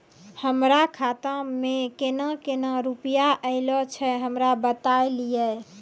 हमरो खाता मे केना केना रुपैया ऐलो छै? हमरा बताय लियै?